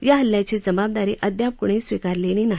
या हल्ल्याची जबाबदारी अद्याप कुणी स्वीकारलेली नाही